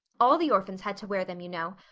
all the orphans had to wear them, you know.